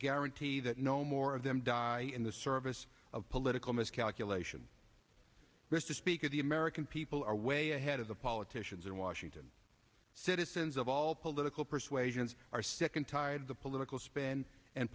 guarantee that no more of them die in the service of political miscalculation there's to speak of the american people are way ahead of the politicians in washington citizens of all political persuasions are sick and tired of the political spin and